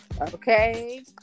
Okay